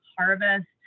harvest